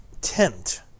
tent